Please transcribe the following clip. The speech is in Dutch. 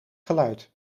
geluid